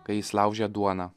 kai jis laužė duoną